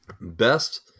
Best